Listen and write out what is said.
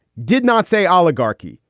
did not say oligarchy.